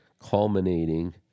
culminating